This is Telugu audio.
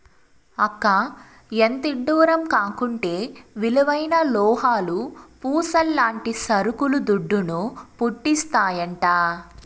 అక్కా, ఎంతిడ్డూరం కాకుంటే విలువైన లోహాలు, పూసల్లాంటి సరుకులు దుడ్డును, పుట్టిస్తాయంట